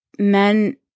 men